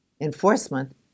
Enforcement